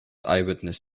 eyewitness